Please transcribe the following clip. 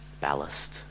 ballast